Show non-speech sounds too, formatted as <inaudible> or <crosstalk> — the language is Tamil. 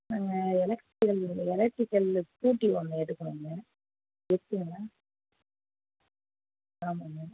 நாங்கள் எலக்ட்ரிக்கல் எலக்ட்ரிக்கல்லு ஸ்கூட்டி ஒன்று எடுக்கணுங்கள் <unintelligible> ஆமாங்க